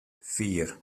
vier